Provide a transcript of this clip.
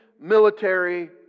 military